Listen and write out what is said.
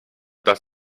dass